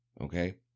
okay